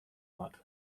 moat